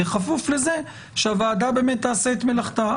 בכפוף לזה שהוועדה תעשה את מלאכתה.